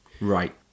Right